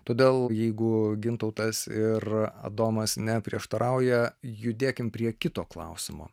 todėl jeigu gintautas ir adomas neprieštarauja judėkim prie kito klausimo